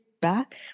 back